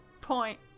point